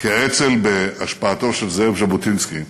כי האצ"ל, בהשפעתו של זאב ז'בוטינסקי,